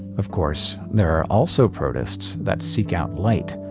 of course, there are also protists that seek out light,